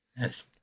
Yes